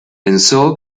pensó